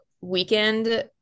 weekend